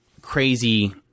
crazy